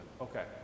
Okay